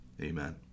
Amen